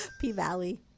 P-Valley